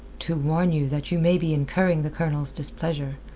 to warn you that you may be incurring the colonel's displeasure.